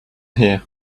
here